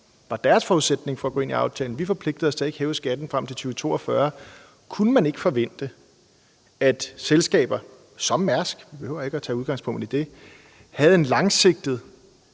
var deres forudsætning for at indgå aftalen, nemlig at vi forpligtede os til ikke at hæve skatten frem til 2042 – kunne man så ikke forvente, at selskaber som Mærsk, men vi behøver ikke at tage udgangspunkt i det, havde en langsigtet